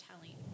telling